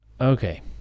Okay